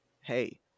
hey